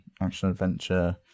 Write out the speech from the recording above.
action-adventure